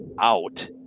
out